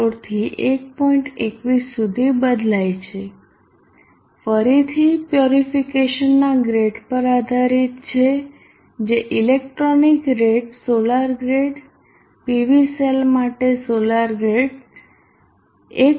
21 સુધી બદલાય છે ફરીથી પ્યોરીફીકેશનના ગ્રેડ પર આધારીત છે જે electronic rate solar grade PV cell માટે સોલર ગ્રેડ 1